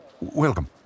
Welcome